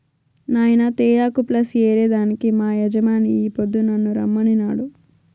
నాయినా తేయాకు ప్లస్ ఏరే దానికి మా యజమాని ఈ పొద్దు నన్ను రమ్మనినాడు